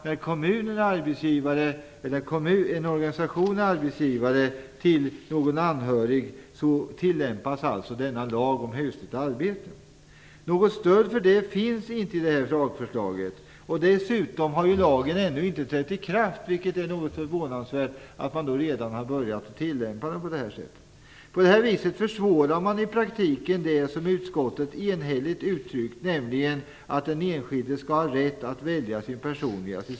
När kommunen eller en organisation är arbetsgivare åt någon anhörig tillämpas alltså denna lag om husligt arbete. Något stöd för detta finns inte i lagförslaget. Dessutom har lagen ännu inte trätt i kraft. Därför är det något förvånande att man redan har börjat tillämpa den på det här sättet. På så vis försvårar man i praktiken för den enskilde att välja sin personliga assistent, den rätt som utskottet enhälligt har uttryckt.